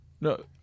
No